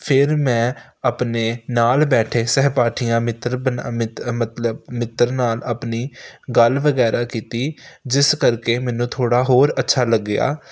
ਫਿਰ ਮੈਂ ਆਪਣੇ ਨਾਲ ਬੈਠੇ ਸਹਿਪਾਠੀਆਂ ਮਿੱਤਰ ਮਤਲਬ ਮਿੱਤਰ ਨਾਲ ਆਪਣੀ ਗੱਲ ਵਗੈਰਾ ਕੀਤੀ ਜਿਸ ਕਰਕੇ ਮੈਨੂੰ ਥੋੜ੍ਹਾ ਹੋਰ ਅੱਛਾ ਲੱਗਿਆ